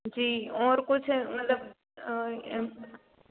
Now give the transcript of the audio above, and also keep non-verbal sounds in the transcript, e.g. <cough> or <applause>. जी और कुछ मतलब और <unintelligible>